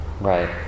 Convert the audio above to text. Right